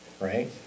right